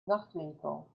nachtwinkel